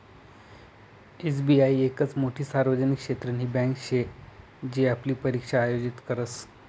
SBI येकच मोठी सार्वजनिक क्षेत्रनी बँके शे जी आपली परीक्षा आयोजित करस